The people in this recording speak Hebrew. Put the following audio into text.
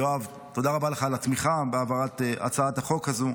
יואב, תודה רבה לך על התמיכה בהעברת הצעת חוק זו,